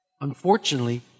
Unfortunately